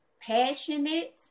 passionate